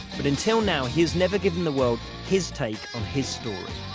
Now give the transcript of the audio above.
but until now, he has never given the world his take on his story.